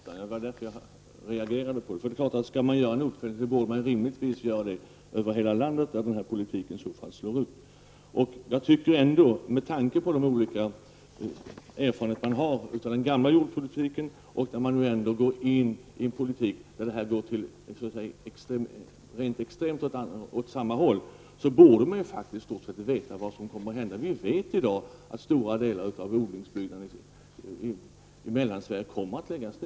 Herr talman! Det är klart att man skall följa upp beslut. Det lustiga är att man väljer ut en specifik del av landet. Det var därför jag reagerade. Skall man göra en uppföljning, borde man rimligtvis göra den över hela landet, för att se hur den här politiken slår. Jag tycker ändå att man, med tanke på de olika erfarenheter man har av den gamla jordbrukspolitiken, i stort sett vet vad som kommer att hända när man nu går in i den politik som rent extremt går åt samma håll. Vi vet i dag att stora delar av odlingsbygden i Mellansverige kommer att läggas ned.